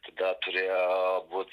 tada turėjo būt